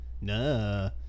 Nah